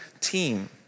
team